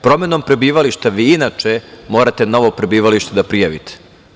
Promenom prebivališta vi inače morate novo prebivalište da prijavite.